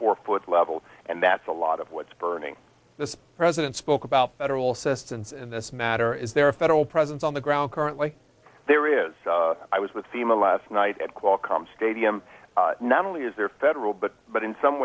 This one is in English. four foot level and that's a lot of what's burning the president spoke about federal assistance in this matter is there a federal presence on the ground currently there is i was with thema last night at qualcomm stadium not only is there federal but but in some